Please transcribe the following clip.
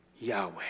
Yahweh